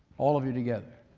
all of you together.